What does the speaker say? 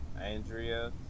andrea